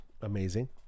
Amazing